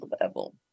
level